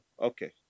okay